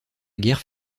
guerre